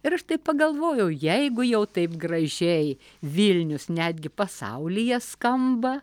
ir aš taip pagalvojau jeigu jau taip gražiai vilnius netgi pasaulyje skamba